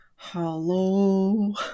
Hello